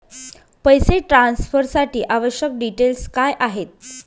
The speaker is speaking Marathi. पैसे ट्रान्सफरसाठी आवश्यक डिटेल्स काय आहेत?